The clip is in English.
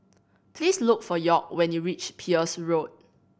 please look for York when you reach Peirce Road